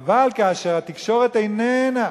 אבל כאשר התקשורת איננה,